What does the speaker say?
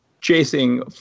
chasing